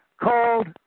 called